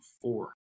four